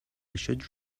should